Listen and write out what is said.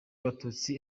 abatutsi